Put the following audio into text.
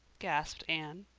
gasped anne.